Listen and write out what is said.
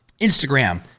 Instagram